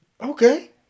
Okay